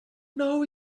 know